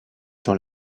dans